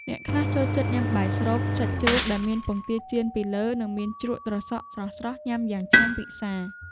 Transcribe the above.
អ្នកខ្លះចូលចិត្តញ៉ាំបាយស្រូបសាច់ជ្រូកដែលមានពងទាចៀនពីលើ និងមានជ្រក់ត្រសក់ស្រស់ៗញ៉ាំយ៉ាងឆ្ងាញ់ពិសា។